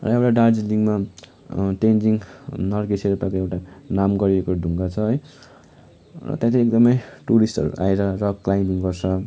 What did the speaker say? र एउटा दार्जिलिङमा तेन्जिङ नोर्गे सेर्पाको एउटा नाम गरिएको ढुङ्गा छ है त्यहाँ चाहिँ एकदमै टुरिस्टहरू आएर रक क्लाइम्बिङ गर्छ